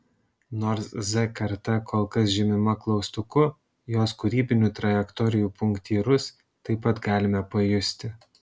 nors z karta kol kas žymima klaustuku jos kūrybinių trajektorijų punktyrus taip pat galime pajusti